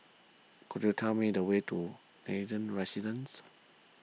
could you tell me the way to Nathan Residences